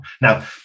Now